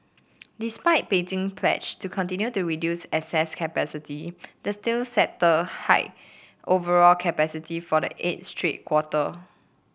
despite Beijing pledge to continue to reduce excess capacity the steel sector hiked overall capacity for the eighth straight quarter